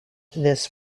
this